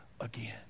again